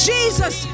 Jesus